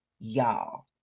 Y'all